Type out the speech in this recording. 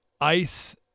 ICE